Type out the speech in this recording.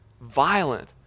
violent